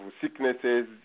sicknesses